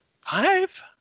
Five